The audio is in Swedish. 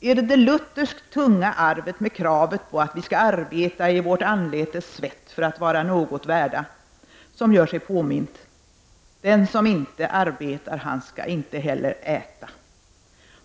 Är det det lutherskt tunga arvet med kravet på att vi skall arbeta i vårt anletes svett för att vara något värda som gör sig påmint? Den som inte arbetar, han skall inte heller äta.